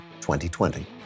2020